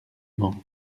mans